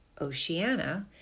Oceania